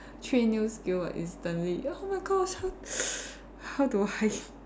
three new skill I instantly oh my gosh how how do I